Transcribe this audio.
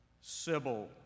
Sybil